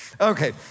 Okay